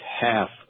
half